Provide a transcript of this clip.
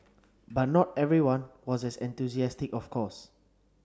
but not everyone was as enthusiastic of course